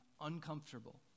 uncomfortable